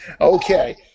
Okay